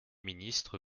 ministre